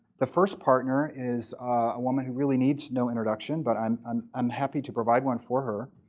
the first partner is a woman who really needs no introduction, but i'm i'm um happy to provide one for her.